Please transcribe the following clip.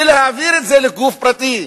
ולהעביר את זה לגוף פרטי.